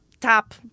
top